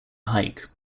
hike